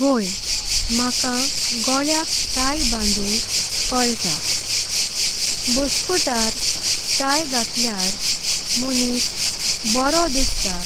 वय म्हाका गॉल्ळे आँथांन तिए बांदुंक कोल्ता। बोस्कोआतार तिए घाटल्येर मोनीस बरो दिस्ता।